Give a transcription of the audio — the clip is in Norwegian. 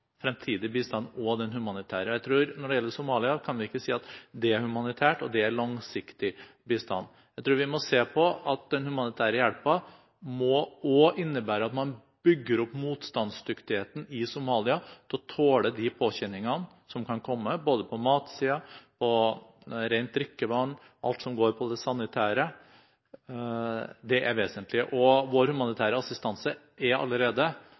fremtidig bistand og den humanitære hjelpen. Jeg tror at når det gjelder Somalia, kan vi ikke si at det ene er humanitært, og at det andre er langsiktig bistand. Jeg tror den humanitære hjelpen også må innebære at man bygger opp motstandsdyktigheten i Somalia til å tåle de påkjenningene som kan komme, både når det gjelder mat, rent drikkevann – alt som går på det sanitære. Det er vesentlig. Vår humanitære assistanse er allerede